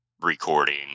recording